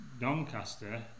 Doncaster